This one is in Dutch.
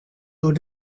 door